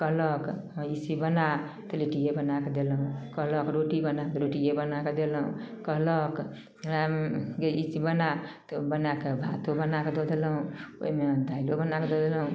कहलक ई चीज बना तऽ लिट्टिए बनैके देलहुँ कहलक रोटी बना तऽ रोटिए बनैके देलहुँ कहलक जे हमरा ई चीज बना तऽ बनैके भातो बनैके दऽ देलहुँ ओहिमे दालिओ बनैके दऽ देलहुँ